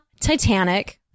Titanic